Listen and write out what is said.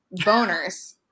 boners